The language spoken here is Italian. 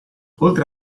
oltre